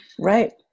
right